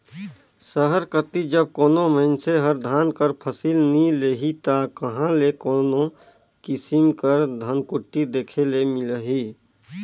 सहर कती जब कोनो मइनसे हर धान कर फसिल नी लेही ता कहां ले कोनो किसिम कर धनकुट्टी देखे ले मिलही